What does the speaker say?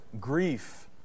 grief